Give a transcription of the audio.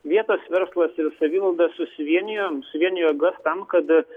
vietos verslas ir savivalda susivienijome suvienijo jėgas tam kad